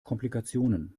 komplikationen